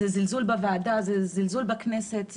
זלזול בוועדה, זלזול בכנסת.